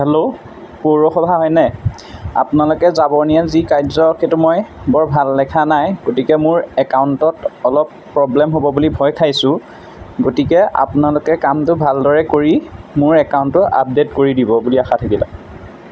hello পৌৰসভা হয়নে আপোনালোকে জাবৰ নিয়াৰ যি কাৰ্য সেইতো মই বৰ ভাল দেখা নাই গতিকে মোৰ একাউণ্টত অলপ প্ৰব্লেম হ'ব বুলি ভয় খাইছোঁ গতিকে আপোনালোকে কামটো ভালদৰে কৰি মোৰ একাউণ্টটো আপডেট কৰি দিব বুলি আশা থাকিলে